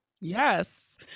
yes